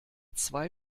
zwei